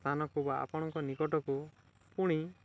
ସ୍ଥାନକୁ ବା ଆପଣଙ୍କ ନିକଟକୁ ପୁଣି